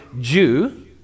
Jew